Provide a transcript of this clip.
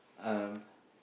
um